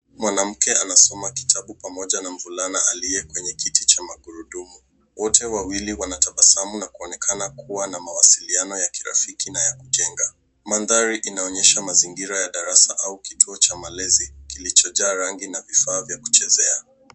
Mwanamke anasoma kitabu pamoja na mvulana aliye kwenye kiti cha magurudumu. Wote wawili wanatabasamu na kuonekana kuwa na mawasiliano ya kirafiki na ya kujenga. Mandhari inaonyesha mazingira ya darasa au kituo cha malezi kilichojaa rangi na vifaa vya kuchezea.